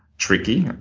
tricky.